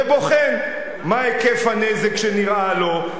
ובוחן מה היקף הנזק שנראה לו,